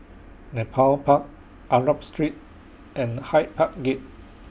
Nepal Park Arab Street and Hyde Park Gate